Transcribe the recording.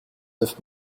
neuf